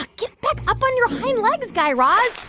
get back up on your hind legs, guy raz.